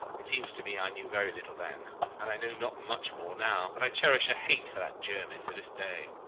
it seems to me i knew very little then, and i know not much more now but i cherish a hate for that jermyn to this day.